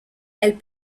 elles